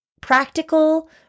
practical